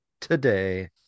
Today